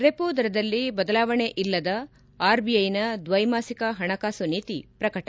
repo ದರದಲ್ಲಿ ಬದಲಾವಣೆ ಇಲ್ಲದ ಆರ್ಬಿಐನ ದ್ವೈಮಾಸಿಕ ಹಣಕಾಸು ನೀತಿ ಪ್ರಕಟ